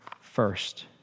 first